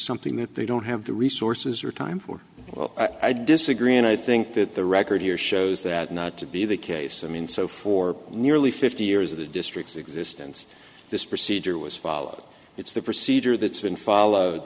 something that they don't have the resources or time for i disagree and i think that the record here shows that not to be the case i mean so for nearly fifty years of the district's existence this procedure was followed it's the procedure that's been followed